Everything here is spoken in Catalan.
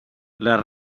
les